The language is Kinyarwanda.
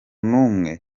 numwe